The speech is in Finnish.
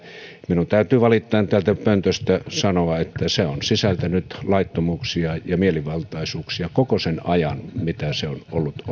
minun täytyy valittaen täältä pöntöstä sanoa että se on sisältänyt laittomuuksia ja mielivaltaisuuksia koko sen ajan mitä se on